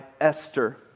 Esther